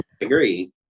agree